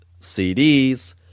CDs